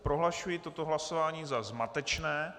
Prohlašuji toto hlasování za zmatečné.